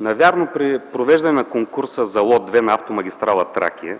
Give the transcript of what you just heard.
Навярно при провеждането на конкурса за лот 2 на автомагистрала „Тракия”